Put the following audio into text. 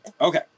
Okay